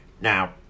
Now